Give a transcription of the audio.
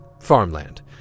farmland